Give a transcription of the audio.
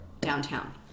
downtown